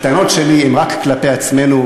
הטענות שלי הן רק כלפי עצמנו.